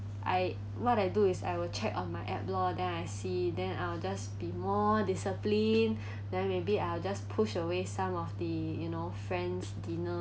I what I do is I will check on my app loh then I see then I'll just be more disciplined then maybe I will just push away some of the you know friends' dinner